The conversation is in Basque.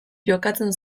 jokatzen